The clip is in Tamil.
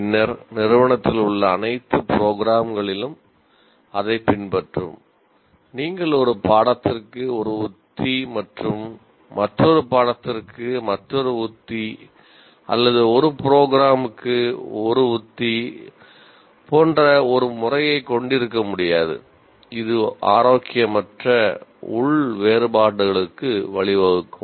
பின்னர் நிறுவனத்தில் உள்ள அனைத்து ப்ரோக்ராம்களிலும் ஒரு உத்தி போன்ற ஒரு முறையைக் கொண்டிருக்க முடியாது இது ஆரோக்கியமற்ற உள் வேறுபாடுகளுக்கு வழிவகுக்கும்